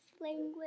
language